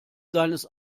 seines